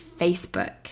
Facebook